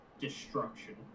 destruction